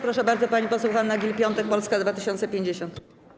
Proszę bardzo, pani poseł Hanna Gill-Piątek, Polska 2050.